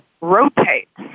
rotates